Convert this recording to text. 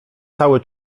cały